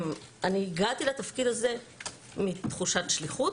הגעתי לתפקיד הזה מתחושת שליחות